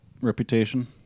reputation